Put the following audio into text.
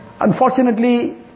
Unfortunately